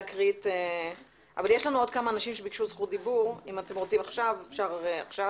בהתאם להנחיה של יושבת-ראש הוועדה,